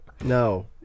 No